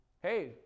Hey